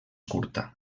curta